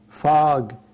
Fog